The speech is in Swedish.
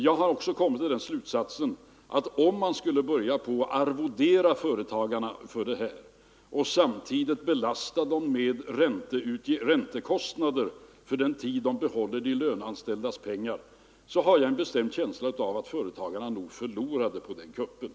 Jag har också kommit till den slutsatsen att om man skulle börja arvodera — Ang. företagens företagarna för deras arbete med skatteuppbörd och samtidigt belasta skyldighet att lämna dem med räntekostnader för den tid de behåller de löneanställdas pengar, = uppgifter till statliga så skulle företagarna nog förlora på den kuppen.